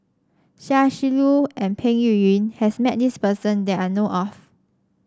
Chia Shi Lu and Peng Yuyun has met this person that I know of